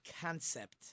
concept